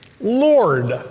Lord